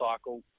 cycle